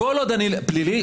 פלילית.